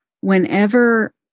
whenever